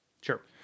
Sure